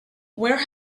where